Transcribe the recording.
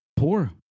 Poor